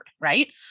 Right